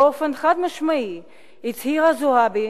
באופן חד-משמעי הצהירה זועבי